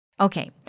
Okay